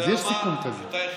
אז יש סיכום כזה.